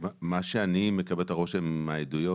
מה שאני מקבל את הרושם מהעדויות,